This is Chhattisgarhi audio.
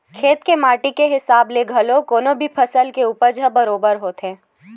खेत के माटी के हिसाब ले घलो कोनो भी फसल के उपज ह बरोबर होथे